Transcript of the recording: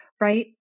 right